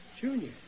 Junior